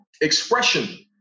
expression